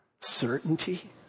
Certainty